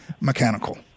mechanical